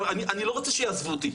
אני לא רוצה שיעזבו אותי.